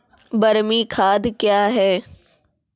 बरमी खाद कया हैं?